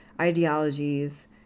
ideologies